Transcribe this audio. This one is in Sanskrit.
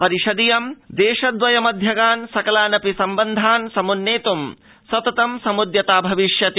परिषदियं देशद्रय मध्यगान् सकलानपि सम्बन्धान् समन्नेत् सततं समृद्यता भविष्यति